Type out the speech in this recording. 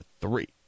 three